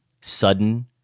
sudden